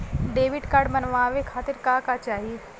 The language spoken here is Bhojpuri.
डेबिट कार्ड बनवावे खातिर का का चाही?